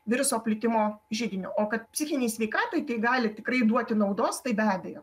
viruso plitimo židiniu o kad psichinei sveikatai tai gali tikrai duoti naudos tai be abejo